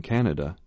Canada